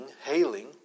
hailing